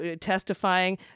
testifying